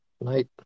Night